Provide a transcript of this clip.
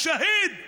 השהיד,